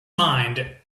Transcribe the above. mind